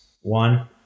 one